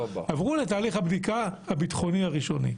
עברו לתהליך הבדיקה הביטחוני הראשוני.